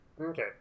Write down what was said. Okay